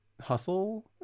Hustle